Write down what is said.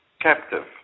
captive